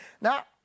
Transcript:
Now